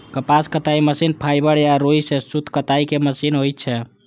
कपास कताइ machine fibre या रुइ सं सूत कताइ के मशीन होइ छै